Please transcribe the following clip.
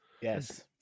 Yes